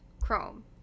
chrome